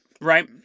right